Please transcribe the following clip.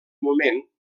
moment